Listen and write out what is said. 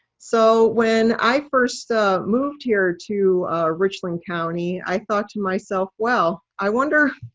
so when i first moved here to richland county, i thought to myself well, i wonder,